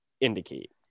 indicate